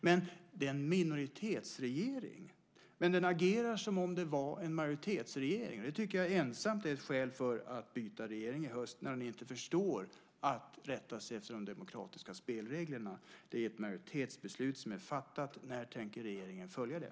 Detta är en minoritetsregering, men den agerar som om den var en majoritetsregering. Det tycker jag ensamt är ett skäl för att byta regering i höst, eftersom den inte förstår att rätta sig efter de demokratiska spelreglerna. Det här är ett majoritetsbeslut som är fattat. När tänker regeringen följa det?